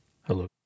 Hello